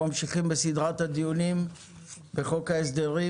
אנחנו ממשיכים בסדרת הדיונים בחוק ההסדרים